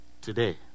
Today